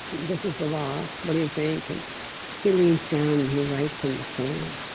this is the law. what do you think? and he leans down, and he writes in the sand.